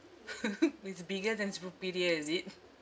it's bigger than superior is it